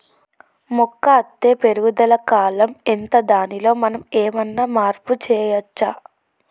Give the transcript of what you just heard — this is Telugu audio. మొక్క అత్తే పెరుగుదల కాలం ఎంత దానిలో మనం ఏమన్నా మార్పు చేయచ్చా?